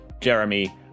Jeremy